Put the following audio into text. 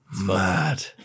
Mad